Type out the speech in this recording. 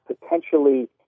potentially